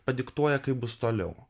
padiktuoja kaip bus toliau